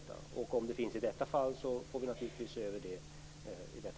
Om det finns brister även i detta fall får vi också se över dessa.